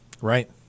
Right